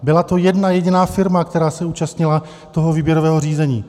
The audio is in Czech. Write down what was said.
Byla to jedna jediná firma, která se účastnila toho výběrového řízení.